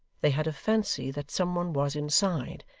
they had a fancy that some one was inside,